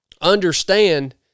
understand